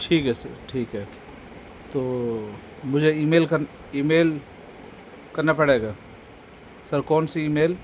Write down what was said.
ٹھیک ہے سر ٹھیک ہے تو مجھے ای میل کر ای میل کرنا پڑے گا سر کون سی ای میل